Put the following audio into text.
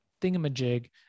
thingamajig